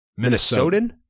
Minnesotan